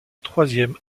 troisième